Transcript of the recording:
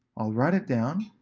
i'll write it down,